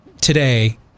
today